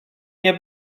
nie